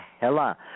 Hella